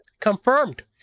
confirmed